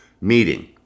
meeting